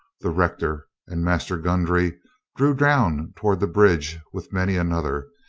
the rector and master goundrey drew down toward the bridge with many another,